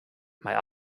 mei